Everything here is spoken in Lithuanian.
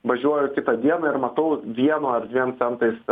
važiuoju kitą dieną ir matau vienu ar dviem centais